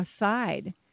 aside